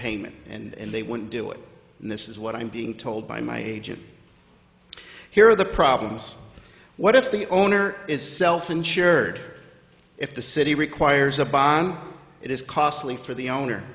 payment and they wouldn't do it and this is what i'm being told by my agent here are the problems what if the owner is self insured if the city requires a bond it is costly for the owner